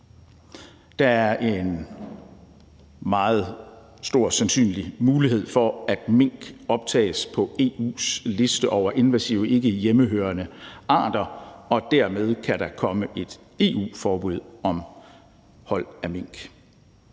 Der er en meget stor sandsynlig mulighed for, at mink optages på EU's liste over invasive ikkehjemmehørende arter, og dermed kan der komme et EU-forbud om hold af mink.